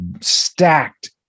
stacked